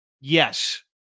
yes